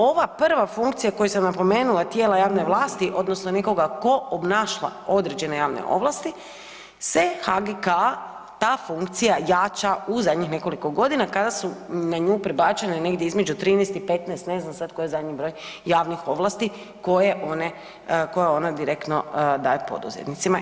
Ova prva funkcija koju sam napomenula, tijela javne vlasti odnosno nekoga tko obnaša određene javne ovlasti se HGK ta funkcija jača u zadnjih nekoliko godina kada su na nju prebačene negdje između 13 i 15, ne znam sad koji je zadnji broj javnih ovlasti koje one direktno daje poduzetnicima.